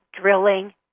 drilling